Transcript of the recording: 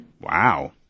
Wow